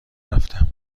رفتم